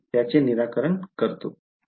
त्याचे निराकरण करतो